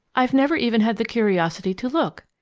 i've never even had the curiosity to look.